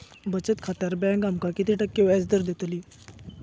बचत खात्यार बँक आमका किती टक्के व्याजदर देतली?